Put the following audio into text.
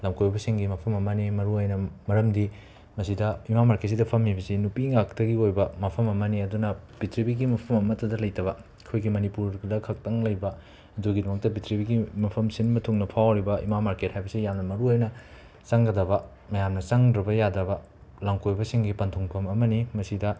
ꯂꯝ ꯀꯣꯏꯕꯁꯤꯡꯒꯤ ꯃꯐꯝ ꯑꯃꯅꯤ ꯃꯔꯨꯑꯣꯏꯅ ꯃꯔꯝꯗꯤ ꯃꯁꯤꯗ ꯏꯃꯥ ꯃꯥꯔꯀꯦꯠꯁꯤꯗ ꯐꯝꯂꯤꯕꯁꯤ ꯅꯨꯄꯤ ꯉꯥꯛꯇꯒꯤ ꯑꯣꯏꯕ ꯃꯐꯝ ꯑꯃꯅꯤ ꯑꯗꯨꯅ ꯄ꯭ꯔꯤꯊꯤꯕꯤꯒꯤ ꯃꯐꯝ ꯑꯃꯠꯇꯗ ꯂꯩꯇꯕ ꯑꯩꯈꯣꯏꯒꯤ ꯃꯅꯤꯄꯨꯔꯗ ꯈꯛꯇꯪ ꯂꯩꯕ ꯗꯨꯒꯤꯗꯃꯛꯇ ꯄ꯭ꯔꯤꯊꯤꯕꯤꯒꯤ ꯃꯐꯝ ꯁꯤꯟꯕ ꯊꯨꯡꯅ ꯐꯥꯎꯔꯤꯕ ꯏꯃꯥ ꯃꯥꯔꯀꯦꯠ ꯍꯥꯏꯕꯁꯦ ꯌꯥꯝꯅ ꯃꯔꯨꯑꯣꯏꯅ ꯆꯪꯒꯗꯕ ꯃꯌꯥꯝꯅ ꯆꯪꯗ꯭ꯔꯕ ꯌꯥꯗꯕ ꯂꯝ ꯀꯣꯏꯕꯁꯤꯡꯒꯤ ꯄꯟꯊꯨꯡꯐꯝ ꯑꯃꯅꯤ ꯃꯁꯤꯗ